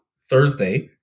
Thursday